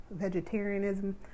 vegetarianism